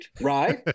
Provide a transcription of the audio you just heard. Right